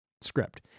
script